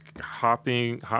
hopping